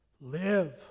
live